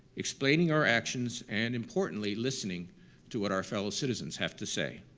explaining our actions and, importantly, listening to what our fellow citizens have to say.